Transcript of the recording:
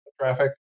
traffic